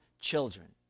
children